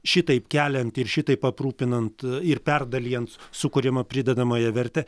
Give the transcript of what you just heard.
šitaip keliant ir šitaip aprūpinant ir perdalijant sukuriamą pridedamąją vertę